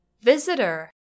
Visitor